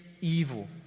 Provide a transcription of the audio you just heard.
evil